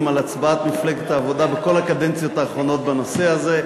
על הצבעת מפלגת העבודה בכל הקדנציות האחרונות בנושא הזה.